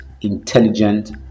intelligent